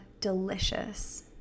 delicious